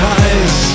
eyes